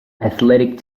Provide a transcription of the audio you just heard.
athletic